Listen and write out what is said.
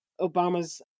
Obama's